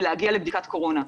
להגיע לבדיקת קורונה.